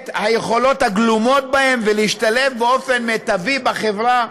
היכולות הגלומות בהם ולהשתלב באופן מיטבי בחברה,